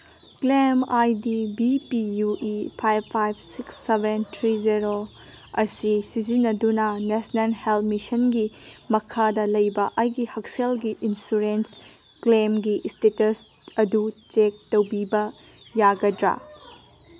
claim I D V P U E five five six seven three zero ꯑꯁꯤ ꯁꯤꯖꯤꯟꯅꯗꯨꯅ national health ꯃꯤꯁꯟꯒꯤ ꯃꯈꯥꯗ ꯂꯩꯕ ꯑꯩꯒꯤ ꯍꯛꯁꯦꯜꯒꯤ ꯏꯟꯁꯨꯔꯦꯟꯁ ꯀ꯭ꯂꯦꯝꯒꯤ ꯏꯁꯇꯦꯇꯁ ꯑꯗꯨ ꯆꯦꯛ ꯇꯧꯕꯤꯕ ꯌꯥꯒꯗ꯭ꯔꯥ